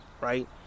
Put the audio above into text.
right